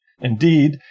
indeed